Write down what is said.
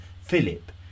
Philip